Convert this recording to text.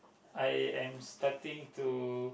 I am starting to